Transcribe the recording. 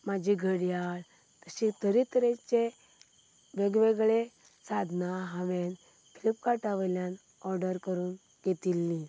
म्हजी घडयाळ अशें तरेतरेचें वेगवेगळीं साधनां हांवें फ्लिपकार्टा वयल्यान ओर्डर करून घेतिल्लीं